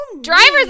driver's